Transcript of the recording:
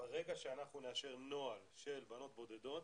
ברגע שאנחנו נאשר נוהל של בנות בודדות